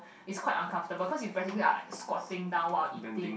is quite uncomfortable cause you practically are squatting down while eating